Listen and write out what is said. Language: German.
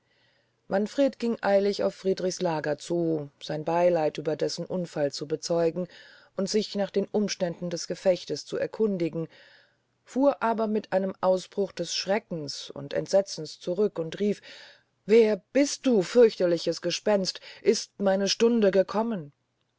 manfred ging eilig auf friedrichs lager zu sein beyleid über dessen unfall zu bezeugen und sich nach den umständen des gefechtes zu erkundigen fuhr aber mit einem ausbruch des schreckens und entsetzens zurück und rief wer bist du fürchterliches gespenst ist meine stunde gekommen